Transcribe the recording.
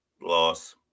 Loss